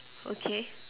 okay